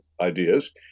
ideas